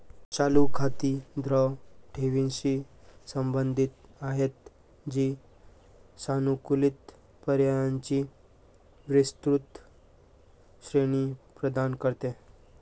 चालू खाती द्रव ठेवींशी संबंधित आहेत, जी सानुकूलित पर्यायांची विस्तृत श्रेणी प्रदान करते